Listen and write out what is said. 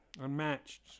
unmatched